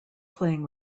playing